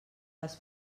les